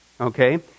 Okay